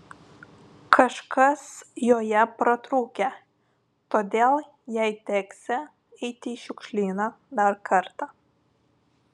kažkas joje pratrūkę todėl jai teksią eiti į šiukšlyną dar kartą